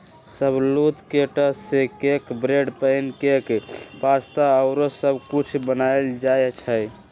शाहबलूत के टा से cake, bread, pancake, pasta आउरो सब कुछ बनायल जाइ छइ